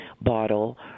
bottle